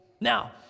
Now